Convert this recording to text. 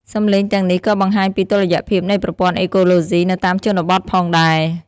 សំឡេងទាំងនេះក៏បង្ហាញពីតុល្យភាពនៃប្រព័ន្ធអេកូឡូស៊ីនៅតាមជនបទផងដែរ។